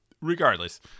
regardless